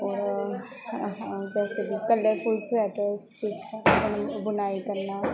ਔਰ ਜੈਸੇ ਕਿ ਕਲਰਫੁੱਲ ਸਵੈਟਰਸ ਵਿੱਚ ਬੁਣਾਈ ਕਰਨਾ